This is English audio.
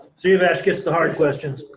siavash gets the hard questions